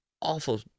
awful